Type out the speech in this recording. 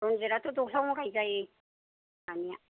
रनजिदाथ' दह्लायावनो गायजायो दानिया